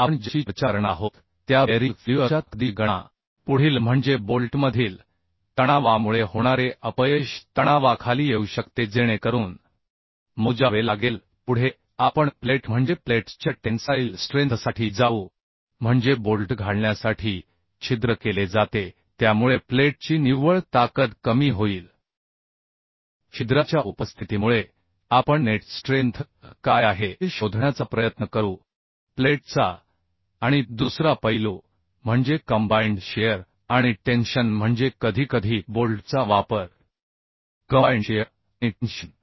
आपण ज्याची चर्चा करणार आहोत त्या बेअरिंग फेल्युअरच्या ताकदीची गणना पुढील म्हणजे बोल्टमधील तणावामुळे होणारे अपयश तणावाखाली येऊ शकते जेणेकरून मोजावे लागेल पुढे आपण प्लेट म्हणजे प्लेट्सच्या टेन्साइल स्ट्रेंथसाठी जाऊ म्हणजे बोल्ट घालण्यासाठी छिद्र केले जाते त्यामुळे प्लेटची निव्वळ ताकद कमी होईल छिद्राच्या उपस्थितीमुळे आपण नेट स्ट्रेंथ काय आहे हे शोधण्याचा प्रयत्न करूप्लेटचा आणि दुसरा पैलू म्हणजे कंबाइंड शिअर आणि टेन्शन म्हणजे कधीकधी बोल्टचा वापर कंबाइंड शिअर आणि टेन्शन